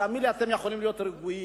תאמין לי, אתם יכולים להיות רגועים,